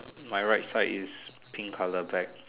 my right side is pink colour bag